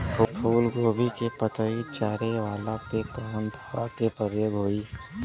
फूलगोभी के पतई चारे वाला पे कवन दवा के प्रयोग होई?